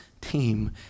team